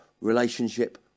relationship